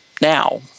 now